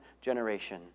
generation